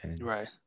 Right